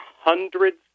hundreds